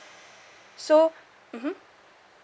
so mmhmm